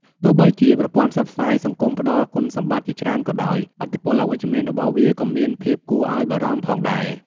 ទោះបីជាប្រព័ន្ធផ្សព្វផ្សាយសង្គមផ្តល់គុណសម្បត្តិជាច្រើនក៏ដោយ ឥទ្ធិពលអវិជ្ជមានរបស់វាក៏មានភាពគួរឲ្យព្រួយបារម្ភផងដែរ។